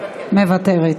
מוותרת.